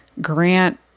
Grant